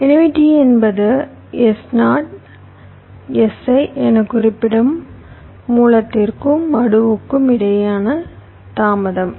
எனவே t என்பது S0 Si என குறிப்பிடும் மூலத்திற்கும் மடுவுக்கும் இடையிலான தாமதம்